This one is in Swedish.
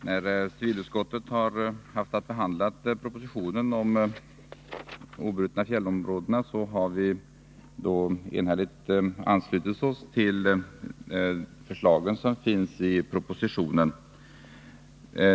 Herr talman! Vi har i civilutskottet vid behandlingen av propositionen om de obrutna fjällområdena enhälligt anslutit oss till förslagen i propositionen.